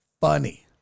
funny